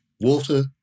water